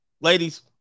ladies